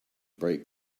bright